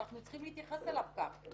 אנחנו צריכים להתייחס אליו ככה.